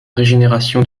régénération